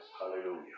Hallelujah